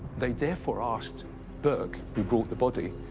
they therefore asked burke, who brought the body,